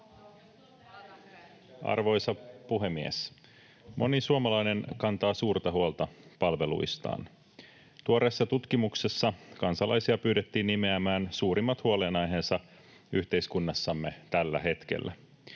Arvoisa puhemies! Moni suomalainen kantaa suurta huolta palveluistaan. Tuoreessa tutkimuksessa kansalaisia pyydettiin nimeämään suurimmat huolenaiheensa yhteiskunnassamme tällä hetkellä.